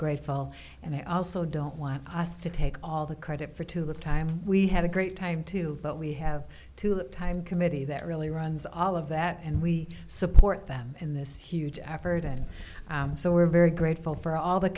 grateful and i also don't want us to take all the credit for too little time we had a great time too but we have to look time committee that really runs all of that and we support them in this huge effort and so we're very grateful for all the